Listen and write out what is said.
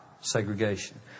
segregation